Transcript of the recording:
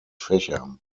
fächern